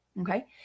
Okay